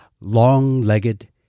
long-legged